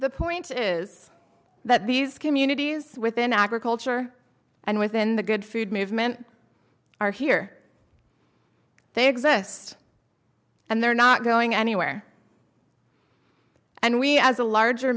the point is that these communities within agriculture and within the good food movement are here they exist and they're not going anywhere and we as a larger